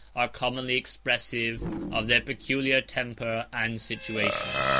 are commonly expressive of their peculiar temper and situation.